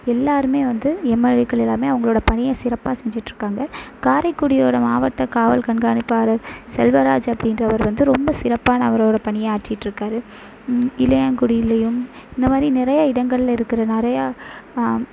எல்லாரும் வந்து எம்எல்ஏக்கள் எல்லாம் அவங்களோட பணியை சிறப்பாக செஞ்சுட்டு இருக்காங்க காரைக்குடியோட மாவட்ட காவல் கண்காணிப்பாளர் செல்வராஜ் அப்படின்ற அவர் வந்து ரொம்ப சிறப்பான அவரோட பணியை ஆற்றிகிட்டு இருக்கார் இளையான்குடிலையும் இந்தமாதிரி நிறையா இடங்கள் இருக்கிற நிறையா